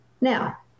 now